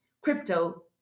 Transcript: crypto